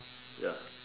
ya